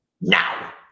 Now